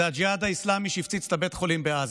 זה הג'יהאד האסלאמי שהפציץ את בית החולים בעזה,